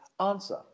answer